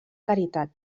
caritat